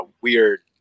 weird